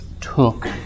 took